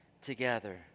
together